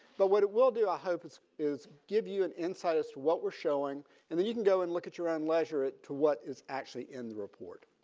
but what it will do i hope is is give you an insight as to what we're showing and then you can go and look at your own leisure to what is actually in the report.